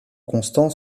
constant